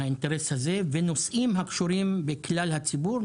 ונושאים הקשורים בכלל הציבור,